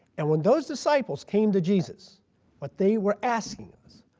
and when those disciples came to jesus what they were asking was,